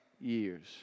years